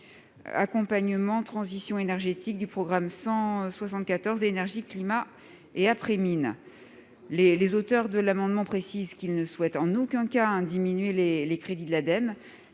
Accompagnement transition énergétique, du programme 174, « Énergie, climat et après-mines ». Les auteurs du présent amendement précisent qu'ils ne souhaitent en aucun cas diminuer les crédits de l'Ademe,